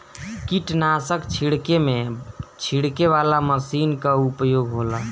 कीटनाशक छिड़के में छिड़के वाला मशीन कअ उपयोग होला